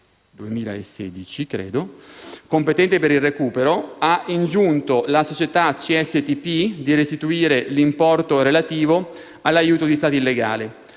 Campania, competente per il recupero, ha ingiunto alla società CSTP di restituire l'importo relativo all'aiuto di Stato illegale.